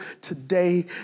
today